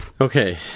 Okay